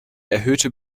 erhöhte